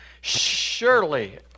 Surely